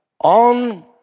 on